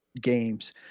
games